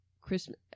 Christmas